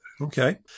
Okay